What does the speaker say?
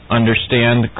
understand